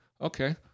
Okay